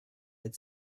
had